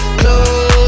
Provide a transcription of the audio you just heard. close